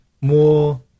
more